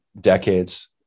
decades